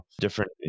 different